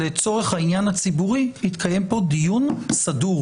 לצורך העניין הציבורי יתקיים פה דיון סדור